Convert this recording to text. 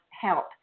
help